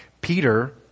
Peter